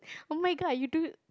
oh-my-god you dude